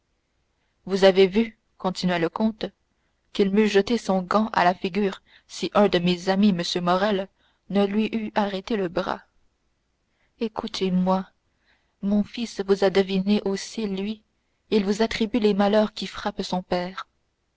vous avez vu continua le comte qu'il m'eût jeté son gant à la figure si un de mes amis m morrel ne lui eût arrêté le bras écoutez-moi mon fils vous a deviné aussi lui il vous attribue les malheurs qui frappent son père